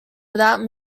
without